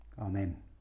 Amen